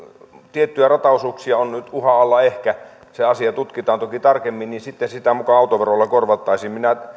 tiettyjä rataosuuksia on nyt uhan alla ehkä se asia tutkitaan toki tarkemmin niin sitten sitä muka autoverolla korvattaisiin minä